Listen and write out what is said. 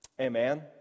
Amen